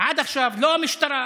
עד עכשיו לא המשטרה,